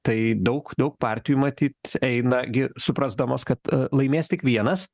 tai daug daug partijų matyt eina gi suprasdamos kad laimės tik vienas